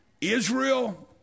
Israel